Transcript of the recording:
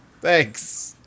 Thanks